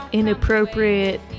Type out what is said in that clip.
inappropriate